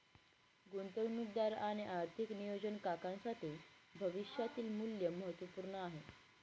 गुंतवणूकदार आणि आर्थिक नियोजन काकांसाठी भविष्यातील मूल्य महत्त्वपूर्ण आहे